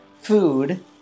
food